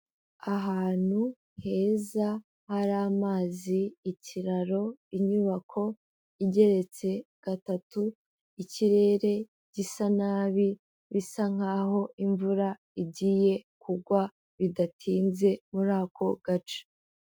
Ahantu heza hari amazi, ikiraro, inyubako igeretse gatatu, ikirere gisa nabi, bisa nkaho imvura igiye kugwa bidatinze muri ako gace.